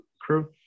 crew